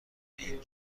این